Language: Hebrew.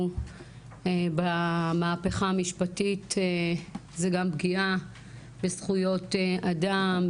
במהפכה המשפטית זה גם פגיעה בזכויות אדם,